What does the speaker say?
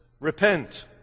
repent